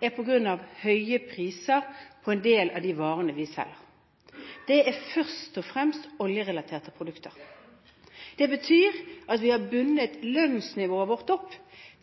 er høye priser på en del av de varene vi selger. Det er først og fremst oljerelaterte produkter. Det betyr at vi har bundet lønnsnivået vårt opp